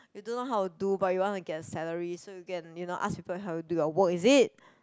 you don't know how to do but you want to get a salary so you can you know ask people to do your work is it